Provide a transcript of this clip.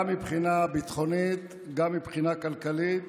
גם מבחינה ביטחונית, גם מבחינה כלכלית